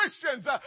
Christians